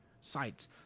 sites